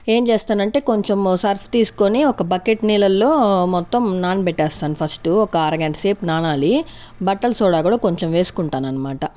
ఏం చేస్తానంటే కొంచం సర్ఫ్ తీస్కొని ఒక బకెట్ నీళ్ళలో మొత్తం నాన బెట్టేస్తాను ఫస్టు ఒక అరగంట సేపు నానాలి బట్టలు సోడా కూడా కొంచెం వేసుకుంటానన్మాట